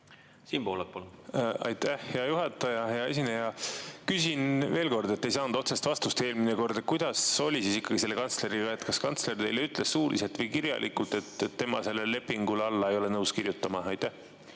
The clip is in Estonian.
Siim Pohlak, palun! Aitäh, hea juhataja! Hea esineja! Küsin veel kord, ei saanud otsest vastust eelmine kord. Kuidas oli siis ikkagi selle kantsleriga? Kas kantsler ütles teile suuliselt või kirjalikult, et tema sellele lepingule alla ei ole nõus kirjutama? Aitäh,